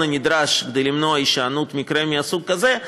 הנדרש כדי למנוע הישנות מקרה מהסוג הזה,